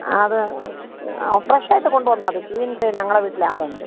അത് അ ഫ്രഷ് ആയിട്ട് കൊണ്ട് വന്നാൽ മതി ക്ലീൻ ചെയ്യാൻ ഞങ്ങളുടെ വീട്ടിൽ ആളുണ്ട്